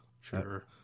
Sure